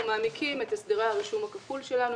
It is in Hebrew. אנחנו מעמיקים את הסדרי הרישום הכפול שלנו.